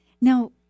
now